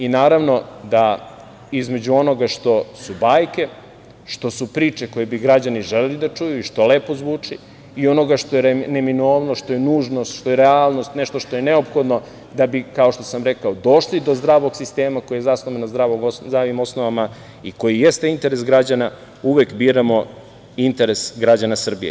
I naravno da između onoga što su bajke, što su priče koje bi građani želeli da čuju i što lepo zvuči i onoga što je neminovnost, što je nužnost, što je realnost, nešto što je neophodno da bi, kao što sam rekao, došli do zdravog sistema koji je zasnovan na zdravim osnovama i koji jeste interes građana, uvek biramo interes građana Srbije.